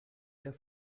der